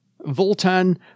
Voltan